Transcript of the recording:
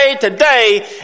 today